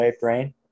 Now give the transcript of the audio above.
Brain